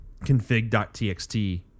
config.txt